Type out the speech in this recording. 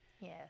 Yes